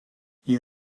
you